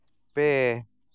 ᱯᱮ